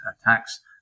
attacks